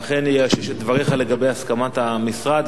ואכן יאשש את דבריך לגבי הסכמת המשרד,